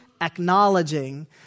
acknowledging